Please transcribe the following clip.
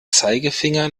zeigefinger